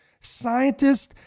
Scientists